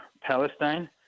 Palestine